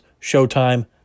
Showtime